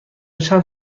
چند